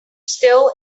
still